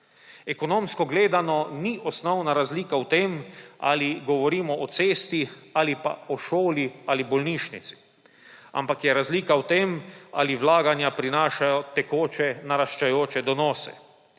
Ekonomsko gledano ni osnovna razlika v tem, ali govorimo o cesti, ali pa o šoli, ali bolnišnici, ampak je razlika v tem, ali vlaganja prinašajo tekoče naraščajoče donose.